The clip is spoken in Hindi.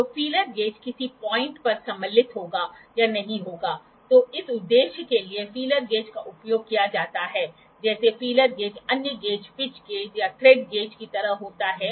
इसलिए ऑटोकॉलिमेटर का उपयोग करके बहुत छोटे एंगलों को मापा जा सकता है